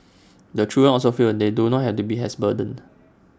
the children also feel they don not have to be as burdened